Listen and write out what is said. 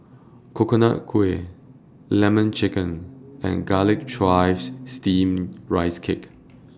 Coconut Kuih Lemon Chicken and Garlic Chives Steamed Rice Cake